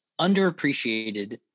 underappreciated